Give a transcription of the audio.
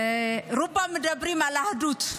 רובם מדברים על אחדות.